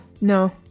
No